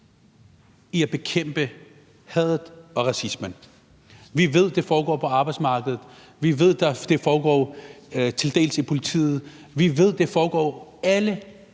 til at bekæmpe hadet og racismen. Vi ved, det foregår på arbejdsmarkedet. Vi ved, det til dels foregår i politiet. Vi ved, det foregår alle